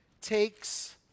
takes